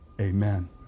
amen